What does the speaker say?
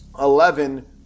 Eleven